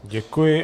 Děkuji.